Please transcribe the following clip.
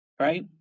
Right